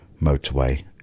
motorway